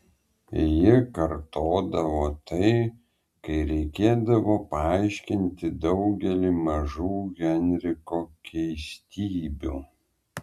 ji kartodavo tai kai reikėdavo paaiškinti daugelį mažų henriko keistybių